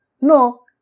No